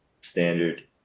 standard